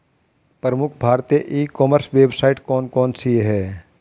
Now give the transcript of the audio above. प्रमुख भारतीय ecommerce website कौन कौन सी हैं?